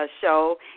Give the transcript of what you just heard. show